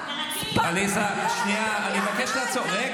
אני מבקש לעצור.